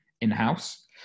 in-house